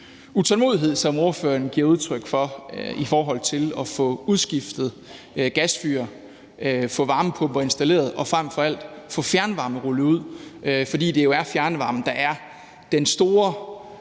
utålmodighed, som ordføreren giver udtryk for i forhold til at få udskiftet gasfyr, få varmepumper installeret og frem for alt at få fjernvarme rullet ud, fordi det jo er fjernvarme, der er det store